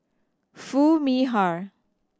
Foo Mee Har